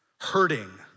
hurting